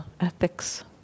ethics